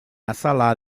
azala